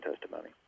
testimony